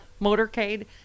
motorcade